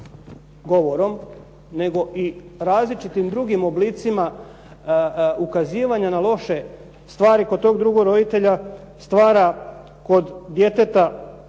govorom nego i različitim drugim oblicima ukazivanja na loše stvari kod tog drugog roditelja stvara kod djeteta